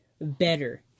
better